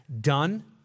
done